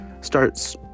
starts